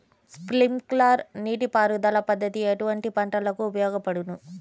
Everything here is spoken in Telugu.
స్ప్రింక్లర్ నీటిపారుదల పద్దతి ఎటువంటి పంటలకు ఉపయోగపడును?